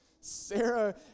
Sarah